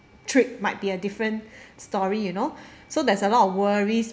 trip might be a different story you know so there's a lot of worries